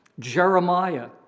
Jeremiah